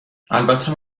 البته